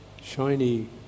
shiny